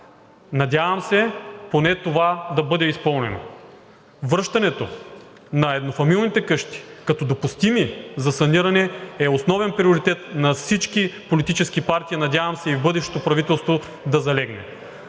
Надявам се поне това да бъде изпълнено. Връщането на еднофамилните къщи като допустими за саниране е основен приоритет на всички политически партии, надявам се и в бъдещото правителство да залегне.